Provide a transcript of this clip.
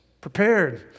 prepared